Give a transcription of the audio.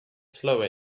slower